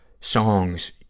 songs